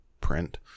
print